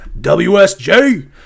WSJ